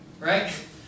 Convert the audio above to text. right